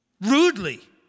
Rudely